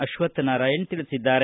ಅಶ್ವತ್ಥನಾರಾಯಣ ತಿಳಿಸಿದ್ದಾರೆ